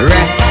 Rest